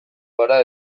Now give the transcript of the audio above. gara